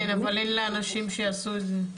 כן אבל אין לה אנשים שיעשו את זה.